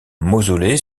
mausolée